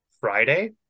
Friday